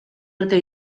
arte